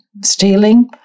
stealing